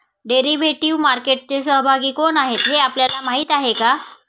Derivative मार्केटचे सहभागी कोण आहेत हे आपल्याला माहित आहे का?